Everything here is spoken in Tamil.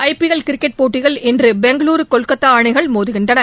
ஐ பிஎல் கிரிக்டெ் போட்டியில் இன்றுபெங்களூருகொல்கத்தாஅணிகள் மோதுகின்றன